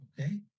Okay